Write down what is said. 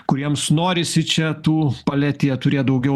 kuriems norisi čia tų paletėje turėt daugiau